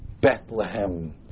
Bethlehem